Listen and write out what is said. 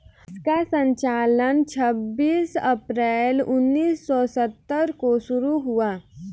इसका संचालन छब्बीस अप्रैल उन्नीस सौ सत्तर को शुरू हुआ